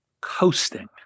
Coasting